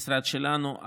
המשרד שלנו,